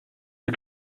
are